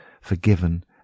forgiven